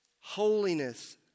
holiness